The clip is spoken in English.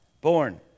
Born